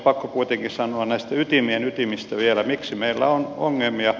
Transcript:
pakko kuitenkin sanoa näistä ytimien ytimistä vielä miksi meillä on ongelmia